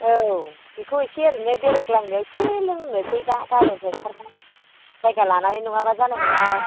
औ बेखौ एसे ओरैनो बेरायग्लांनायाव एसे लोंनोसै दा गारिनिफ्राय ओंखारबा जायगा लानानै नङाबा जानाय नङा